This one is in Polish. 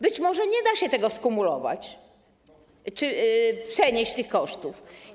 Być może nie da się tego skumulować, przenieść tych kosztów?